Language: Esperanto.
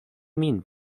min